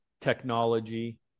technology